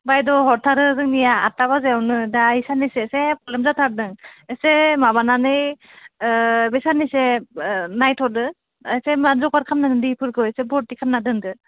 बायद' हरथारो जोंनिया आतथा बाजियावनो दायो साननैसो एसे प्रब्लेम जाथारदों एसे माबानानै ओ बे साननैसो ओ नायथ'दो एसे मा जगार खालाम दैफोरखौ एसे बरथि खालामनानै दोनदो